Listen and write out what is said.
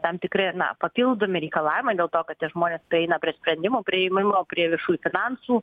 tam tikri na papildomi reikalavimai dėl to kad tie žmonės prieina prie sprendimų priėmimo prie viešųjų finansų